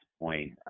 point